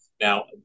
Now